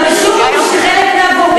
אבל משום שחלק מהגורמים,